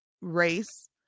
race